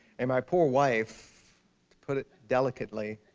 and my poor wife, to put it delicately